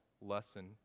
lesson